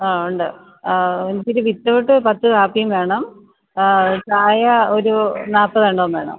അ ഉണ്ട് അ എനിക്കൊരു വിതൗട്ട് പത്തു കാപ്പിയും വേണം ചായ ഒരു നാൽപ്പത് എണ്ണവും വേണം